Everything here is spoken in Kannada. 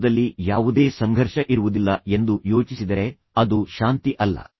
ಜೀವನದಲ್ಲಿ ಯಾವುದೇ ಸಂಘರ್ಷ ಇರುವುದಿಲ್ಲ ಎಂದು ಯೋಚಿಸಿದರೆ ಅದು ಶಾಂತಿ ಅಲ್ಲ